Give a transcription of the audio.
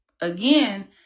again